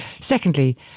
Secondly